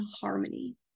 harmony